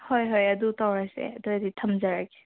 ꯍꯣꯏ ꯍꯣꯏ ꯑꯗꯨ ꯇꯧꯔꯁꯦ ꯑꯗꯨ ꯑꯣꯏꯔꯗꯤ ꯊꯝꯖꯔꯒꯦ